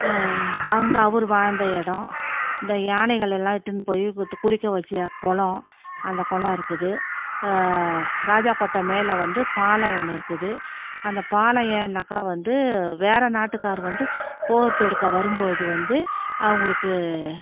அங்க அவர் வாழ்ந்த இடம் இந்த யானைகளெல்லாம் இட்டுன்னு போய் விட்டு குளிக்க வைச்ச குளம் அந்த குளம் இருக்குது ராஜாக்கோட்டை மேலே வந்து பாலம் ஒன்று இருக்குது அந்த பாலம் ஏன்னாக்கா வந்து வேறு நாட்டுக்கார் வந்து போர் தொடுக்க வரும்போது வந்து அவர்களுக்கு